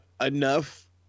enough